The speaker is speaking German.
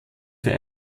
für